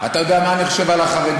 אתה יודע מה אני חושב על החרדים?